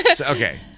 Okay